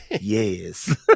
yes